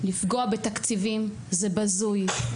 לפגוע בתקציבים זה בזוי,